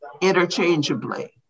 interchangeably